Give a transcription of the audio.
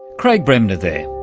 craig bremner there.